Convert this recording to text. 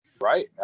Right